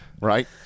right